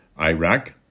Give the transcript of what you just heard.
Iraq